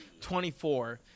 24